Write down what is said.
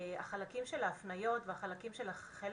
את החלקים של ההפניות ואת החלקים של הפן